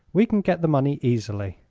we can get the money easily.